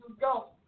go